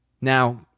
Now